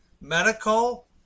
medical